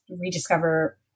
rediscover